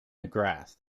mcgrath